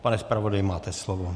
Pane zpravodaji, máte slovo.